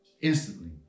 instantly